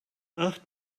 acht